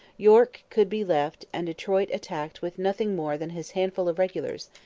york could be left and detroit attacked with nothing more than his handful of regulars,